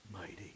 mighty